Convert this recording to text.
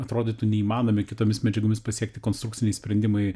atrodytų neįmanomi kitomis medžiagomis pasiekti konstrukciniai sprendimai